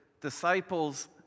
disciples